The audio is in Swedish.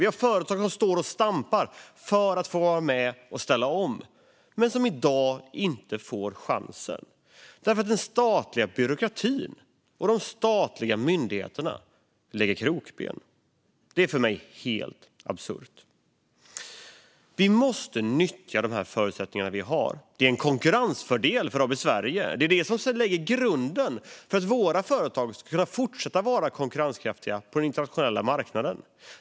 Vi har företag som står och stampar för att få vara med och ställa om men som i dag inte får chansen därför att den statliga byråkratin och de statliga myndigheterna lägger krokben. Det är för mig helt absurt. Vi måste nyttja de förutsättningar vi har. Det är en konkurrensfördel för AB Sverige. Det är det som lägger grunden för att våra företag ska kunna fortsätta vara konkurrenskraftiga på den internationella marknaden.